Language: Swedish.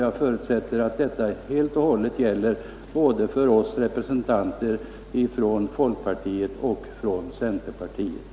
Jag förutsätter att detta gäller även för folkpartiets och centerpartiets representanter.